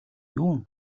юун